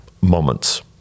moments